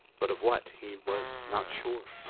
but of what, he was not sure.